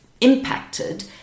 impacted